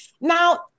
Now